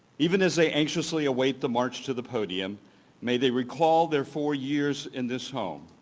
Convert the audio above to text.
even as they anxiously await the march to the podium may they recall their four years in this home,